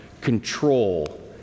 control